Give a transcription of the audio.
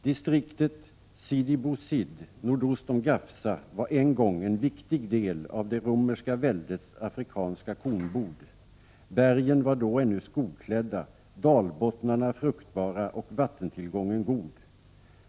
Distriktet Sidi Bou Zid nordost om Gafsa var en gång en viktig del av det romerska väldets afrikanska kornbod. Bergen var då ännu skogklädda, dalbottnarna fruktbara och vattentillgången god.